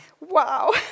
Wow